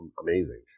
amazing